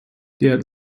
der